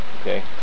okay